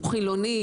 חילוני,